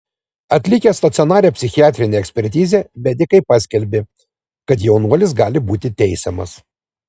atlikę stacionarią psichiatrinę ekspertizę medikai paskelbė kad jaunuolis gali būti teisiamas